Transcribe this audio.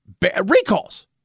Recalls